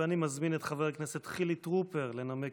ואני מזמין את חבר הכנסת חילי טרופר לנמק